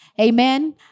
Amen